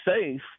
safe